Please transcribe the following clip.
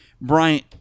Bryant